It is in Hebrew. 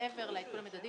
מעבר לעדכון המדדי,